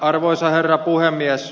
arvoisa herra puhemies